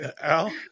Al